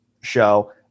show